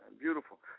beautiful